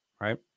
right